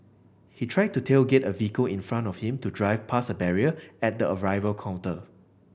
he tried to tailgate a vehicle in front of him to drive past a barrier at the arrival counter